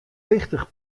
wichtich